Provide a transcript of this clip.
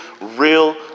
real